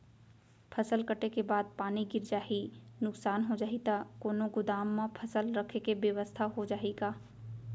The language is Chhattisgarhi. फसल कटे के बाद पानी गिर जाही, नुकसान हो जाही त कोनो गोदाम म फसल रखे के बेवस्था हो जाही का?